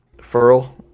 furl